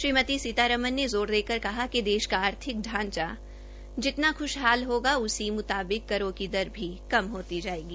श्रीमती सीतारमण ने जोर देकर कहा कि देश का आर्थिक ढांचा जितना खुशहाल होगा उसी मुताबिक करों की दर भी कम होती जायेगी